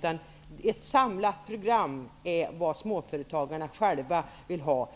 fram. Ett samlat program är vad småföretagarna själva vill ha.